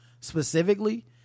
specifically